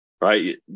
right